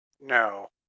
No